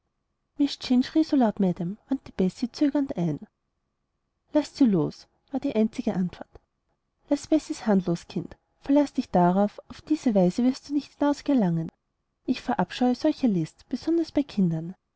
schrie so laut madame wandte bessie zögernd ein laßt sie los war die einzige antwort laß bessies hand los kind verlaß dich darauf auf diese weise wirst du nicht hinaus gelangen ich verabscheue solche list besonders bei kindern